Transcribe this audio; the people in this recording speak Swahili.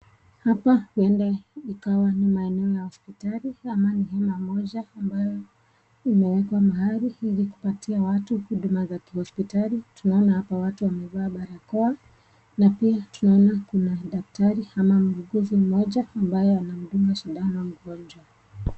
Hapa huenda ikawa ni maeneo ya hospitali ama ni hema moja ambayo imeekwa mahali ili kupatia watu huduma za kihospitali. Tunaona hapa watu wamevaa barakoa na pia tunaona kuna daktari ama muuguzi mmoja ambaye anamdunga sindano mgonjwa.